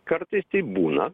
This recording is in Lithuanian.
kartais taip būna